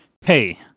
hey